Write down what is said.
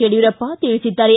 ಯಡಿಯೂರಪ್ಪ ತಿಳಿಸಿದ್ದಾರೆ